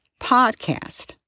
podcast